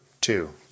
two